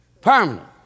permanent